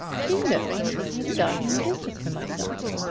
do you know i am thinking of starting in business for myself?